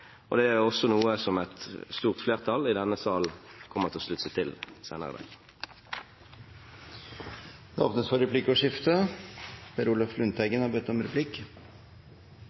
og det er også noe et stort flertall i denne salen kommer til å slutte seg til senere i dag. Det blir replikkordskifte. Jeg ber om replikk